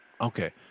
Okay